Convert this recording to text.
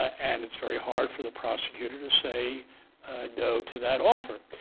ah and it's very hard for the prosecutor to say no to that offer.